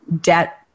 debt